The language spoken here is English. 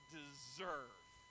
deserve